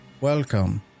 Welcome